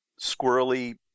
squirrely